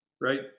Right